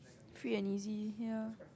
free and easy ya